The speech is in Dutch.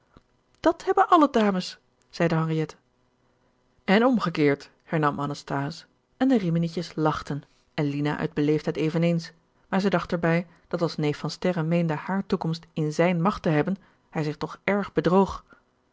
dat hebben alle dames zeide henriette en omgekeerd hernam anasthase en de riminietjes lachten en lina uit beleefdheid eveneens maar zij dacht er bij dat als neef van sterren meende hare toekomst in zijne macht te hebben hij zich toch erg bedroog